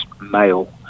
male